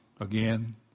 again